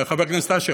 חבר הכנסת אשר,